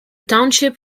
township